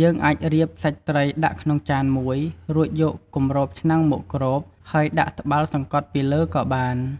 យើងអាចរៀបសាច់ត្រីដាក់ក្នុងចានមួយ រួចយកគម្របឆ្នាំងមកគ្រប ហើយដាក់ត្បាល់សង្កត់ពីលើក៏បាន។